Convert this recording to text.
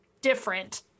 different